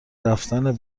رفتن